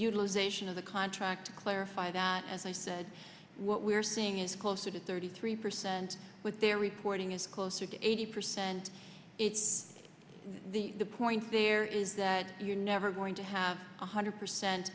utilization of the contract to clarify that as i said what we're seeing is closer to thirty three percent with their reporting is closer to eighty percent the point there is that you're never going to have one hundred percent